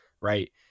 right